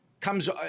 comes